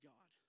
God